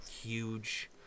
huge